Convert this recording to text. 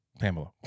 Pamela